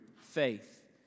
faith